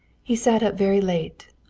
he sat up very late,